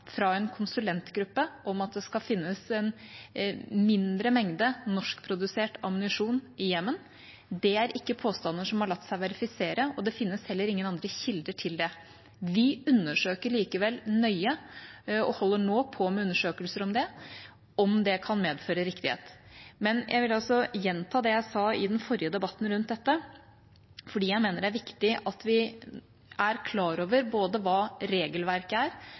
fra en konsulentgruppe om at det skal finnes en mindre mengde norskprodusert ammunisjon i Jemen. Det er ikke påstander som har latt seg verifisere, og det finnes heller ingen andre kilder til det. Vi undersøker likevel nøye og holder nå på med å undersøke om det kan medføre riktighet. Jeg vil også gjenta det jeg sa i den forrige debatten rundt dette, fordi jeg mener det er viktig at vi er klar over både hva regelverket er,